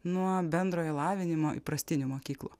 nuo bendrojo lavinimo įprastinių mokyklų